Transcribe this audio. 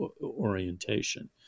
orientation